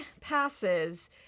passes